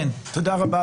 תודה רבה,